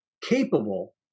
capable